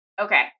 okay